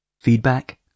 Feedback